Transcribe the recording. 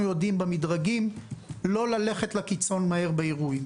במדרגים יודעים לא ללכת מהר לקיצון באירועים.